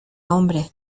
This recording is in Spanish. hombre